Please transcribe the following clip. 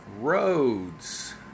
roads